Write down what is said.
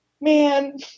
man